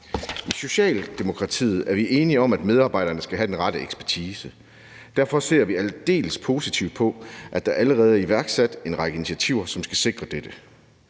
I Socialdemokratiet er vi enige i, at medarbejderne skal have den rette ekspertise. Derfor ser vi aldeles positivt på, at der allerede er iværksat en række initiativer, som skal sikre dette.